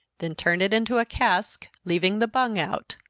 then turn it into a cask, leaving the bung out.